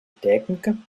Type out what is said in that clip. técnica